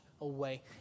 away